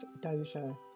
Dojo